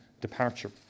departure